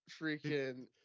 Freaking